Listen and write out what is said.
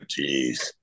jeez